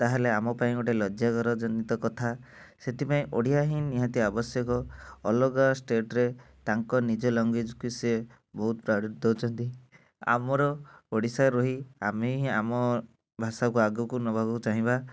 ତାହେଲେ ଆମ ପାଇଁ ଗୋଟେ ଲଜ୍ୟାକର ଜନିତ କଥା ସେଥିପାଇଁ ଓଡ଼ିଆ ହିଁ ନିହାତି ଆବଶ୍ୟକ ଅଲଗା ଷ୍ଟେଟ୍ ରେ ତାଙ୍କ ନିଜ ଲାଙ୍ଗୁଏଜ୍ କୁ ସେ ବହୁତ ପ୍ରୟୋରିଟି ଦେଉଛନ୍ତି ଆମର ଓଡ଼ିଶାରେ ରହି ଆମେ ହିଁ ଆମ ଭାଷା କୁ ଆଗକୁ ନେବାକୁ ଚାହିଁବା